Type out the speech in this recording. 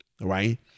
right